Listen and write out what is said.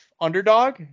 underdog